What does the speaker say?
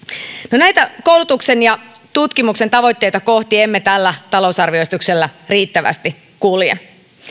no näitä koulutuksen ja tutkimuksen tavoitteita kohti emme tällä talousarvioesityksellä riittävästi kulje